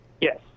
Yes